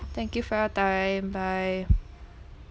thank you for your time bye